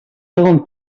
segon